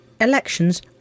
Elections